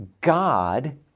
God